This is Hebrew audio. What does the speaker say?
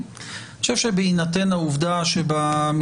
אבל לא על זה אני רוצה לדבר אלא על דבר אחר לגמרי.